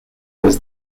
was